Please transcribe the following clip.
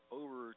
over